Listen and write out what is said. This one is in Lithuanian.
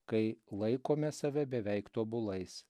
kai laikome save beveik tobulais